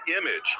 image